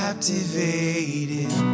Captivated